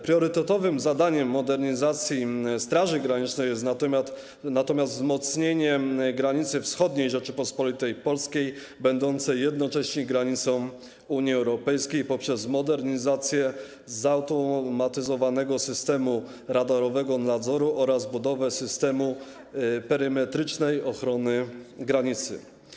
Priorytetowym zadaniem modernizacji Straży Granicznej jest natomiast wzmocnienie granicy wschodniej Rzeczypospolitej Polskiej, będącej jednocześnie granicą Unii Europejskiej, poprzez modernizację zautomatyzowanego systemu radarowego nadzoru oraz budowę systemu perymetrycznej ochrony granicy.